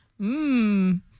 Mmm